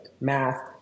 math